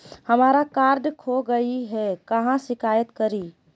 हमरा कार्ड खो गई है, कहाँ शिकायत करी?